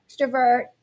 extrovert